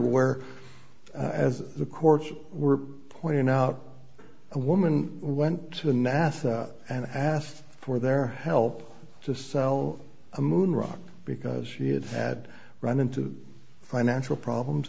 where as the courts were pointing out a woman went to nasa and asked for their help to sell a moon rock because she had had run into financial problems